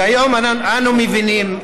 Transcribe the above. כיום אנו מבינים,